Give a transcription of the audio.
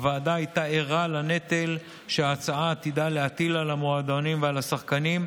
הוועדה הייתה ערה לנטל שההצעה עתידה להטיל על המועדונים ועל השחקנים,